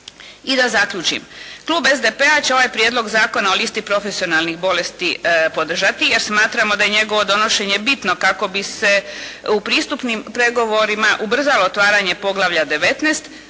I da zaključim, klub SDP-a će ovaj Prijedlog Zakona o listi profesionalnih bolesti podržati, jer smatramo da njegovo donošenje bitno kako bi se u pristupnim pregovorima ubrzalo otvaranje poglavlja 19,